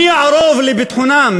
מי יערוב לביטחונם?